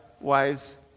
wives